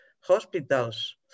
hospitals